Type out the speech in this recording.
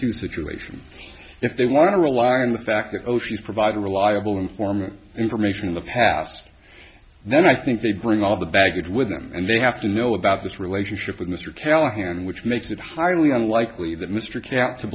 two situation if they want to rely on the fact that oh she's providing reliable informant information in the past then i think they bring all the baggage with them and they have to know about this relationship with mr callahan which makes it highly unlikely that mr camp to